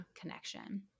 connection